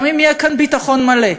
גם אם יהיה כאן ביטחון מלא,